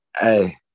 hey